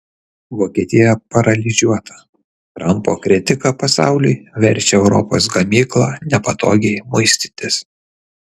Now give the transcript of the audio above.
vokietija paralyžiuota trampo kritika pasauliui verčia europos gamyklą nepatogiai muistytis